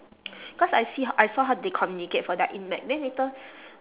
cause I see h~ I saw how they communicate for their then later